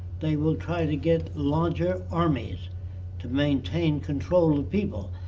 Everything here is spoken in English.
they will try to get larger armies to maintain control of people.